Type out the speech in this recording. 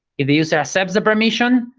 if the user accepts the permission,